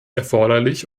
erforderlich